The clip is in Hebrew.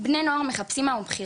חן שאולם הכדורסל הוא מקום הבריחה